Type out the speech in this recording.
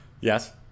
Yes